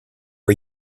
are